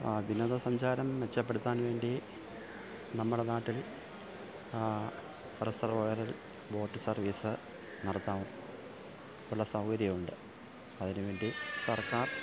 വിനോദസഞ്ചാരം മെച്ചപ്പെടുത്താൻ വേണ്ടി നമ്മുടെ നാട്ടിൽ റിസർവോയറ് ബോട്ട് സർവീസ് നടത്താൻ ഉള്ള സൗകര്യം ഉണ്ട് അതിന് വേണ്ടി സർക്കാർ